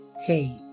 Hey